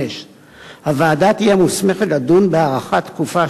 5. הוועדה תהא מוסמכת לדון בהארכת תקופת